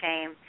shame